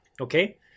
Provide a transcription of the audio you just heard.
okay